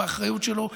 באחריות שלו,